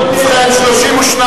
חבר הכנסת נחמן שי,